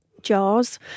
jars